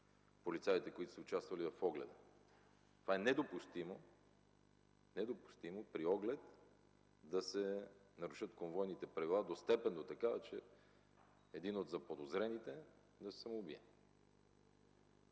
полицаите, които са участвали в огледа. Недопустимо е при оглед да се нарушат конвойните правила до такава степен, че един от заподозрените да се самоубие!